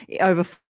over